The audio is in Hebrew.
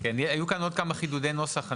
היו כאן עוד כמה חידודי נוסח.